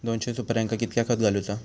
दोनशे सुपार्यांका कितक्या खत घालूचा?